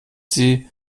sie